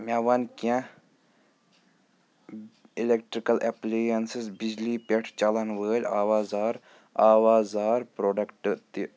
مےٚ وَن کیٚنٛہہ اِلؠکٹرِکٕل اؠپالایانسِس بِجلی پؠٹھ چَلن وٲلۍ اَوازار اَوازار پرٛوڈکٹہٕ تہِ تہٕ